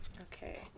Okay